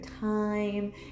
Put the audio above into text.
time